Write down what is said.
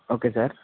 okay sir